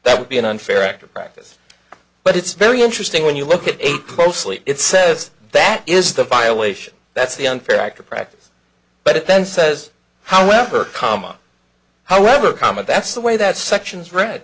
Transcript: that would be an unfair act or practice but it's very interesting when you look at aig closely it says that is the violation that's the unfair act or practice but it then says however comma however comma that's the way that sections re